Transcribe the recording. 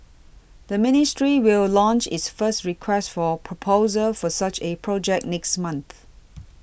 the ministry will launch its first Request for Proposal for such a project next month